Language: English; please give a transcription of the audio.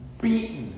Beaten